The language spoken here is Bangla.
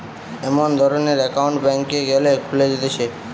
এমন ধরণের একউন্ট ব্যাংকে গ্যালে খুলে দিতেছে